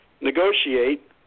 negotiate